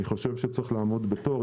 אני חושב שצריך לעמוד בתור.